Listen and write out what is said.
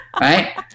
Right